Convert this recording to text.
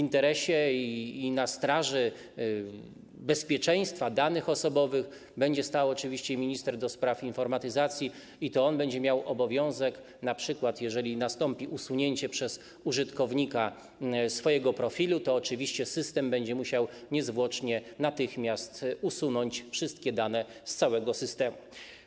Na straży bezpieczeństwa tych danych osobowych będzie stał oczywiście minister do spraw informatyzacji i to on będzie miał obowiązek, np. jeżeli nastąpi usunięcie przez użytkownika swojego profilu, to oczywiście system będzie musiał niezwłocznie natychmiast usunąć wszystkie dane z całego systemu.